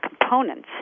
components